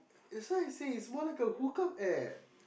is why I say is more like a hook up App